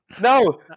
no